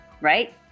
right